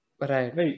Right